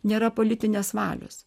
nėra politinės valios